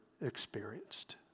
experienced